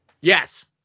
Yes